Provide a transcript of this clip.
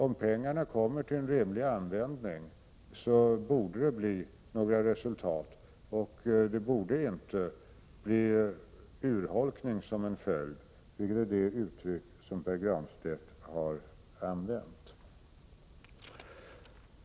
Om pengarna kommer till rimlig användning borde det bli några resultat, och det borde inte bli någon urholkning, vilket är det uttryck som Pär Granstedt använde.